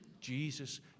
Jesus